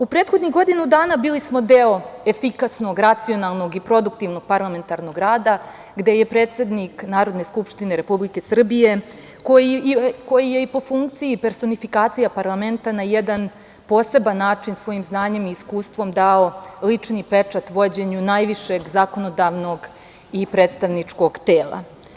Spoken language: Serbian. U prethodnih godinu dana bili smo deo efikasnog, racionalnog i produktivnog parlamentarnog rada, gde je predsednik Narodne skupštine Republike Srbije, koji je i po funkciji personifikacija parlamenta, na jedan poseban način, svojim znanjem i iskustvom, dao lični pečat vođenju najvišeg zakonodavnog i predstavničkog tela.